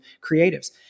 creatives